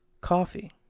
coffee